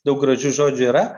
daug gražių žodžių yra